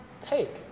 take